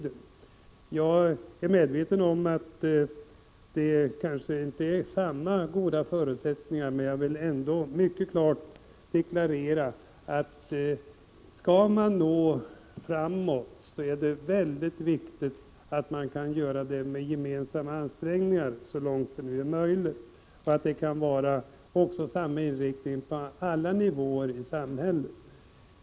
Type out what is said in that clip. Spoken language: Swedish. Jag är medveten om att förutsättningarna kanske inte är lika goda nu, men jag vill ändå mycket klart deklarera, att skall man gå framåt är det väldigt viktigt att man kan göra det med gemensamma ansträngningar, så långt det nu är möjligt, och så att det kan vara samma inriktning på alla nivåer i samhället.